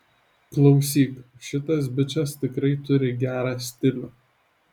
klausyk šitas bičas tikrai turi gerą stilių